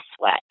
sweat